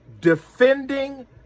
defending